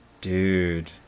Dude